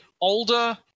older